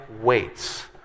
waits